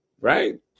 Right